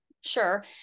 sure